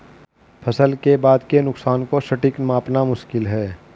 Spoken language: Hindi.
फसल के बाद के नुकसान को सटीक मापना मुश्किल है